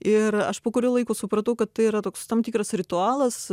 ir aš po kurio laiko supratau kad tai yra toks tam tikras ritualas